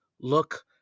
look